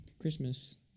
Christmas